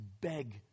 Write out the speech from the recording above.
beg